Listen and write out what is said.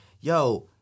yo